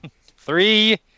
Three